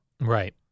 Right